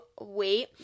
wait